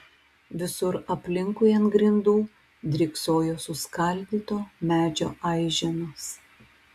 visur aplinkui ant grindų dryksojo suskaldyto medžio aiženos